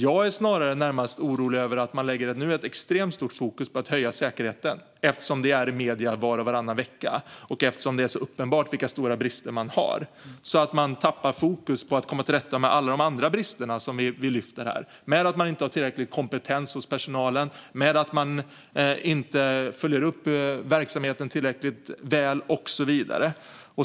Jag är snarare närmast orolig över att man nu sätter ett extremt fokus på att höja säkerheten, eftersom det tas upp i medierna var och varannan vecka och det är så uppenbart vilka stora brister man har, men tappar fokus på att komma till rätta med alla de andra brister som vi lyfter fram: att man inte har tillräcklig kompetens hos personalen, att man inte följer upp verksamheten tillräckligt väl och så vidare.